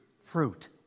fruit